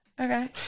Okay